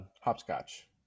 hopscotch